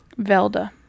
Velda